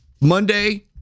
Monday